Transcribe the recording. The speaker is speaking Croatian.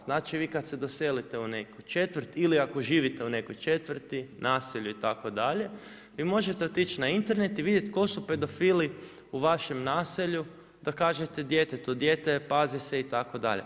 Znači vi kada se doselite u neku četvrt ili ako živite u nekoj četvrti naselju itd., vi možete otići na Internet i vidjet tko su pedofili u vašem naselju da kažete djetetu, dijete pazi se itd.